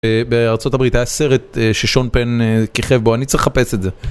בארה״ב היה סרט ששון פן כיכב בו אני צריך לחפש את זה.